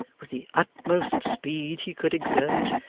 with the utmost speed he could exert,